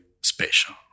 special